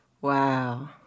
Wow